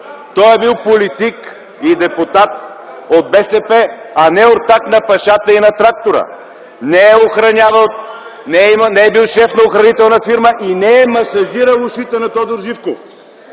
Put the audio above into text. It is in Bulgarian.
Той е бил политик и депутат от БСП, не ортак на Пашата и на Трактора. Не е охранявал, не е бил шеф на охранителна фирма и не е масажирал ушите на Тодор Живков!